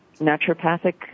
naturopathic